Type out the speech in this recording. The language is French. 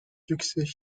succès